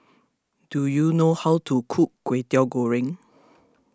do you know how to cook Lwetiau Goreng